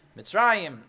Mitzrayim